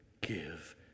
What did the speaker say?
give